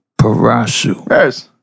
Parasu